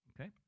okay